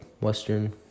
Western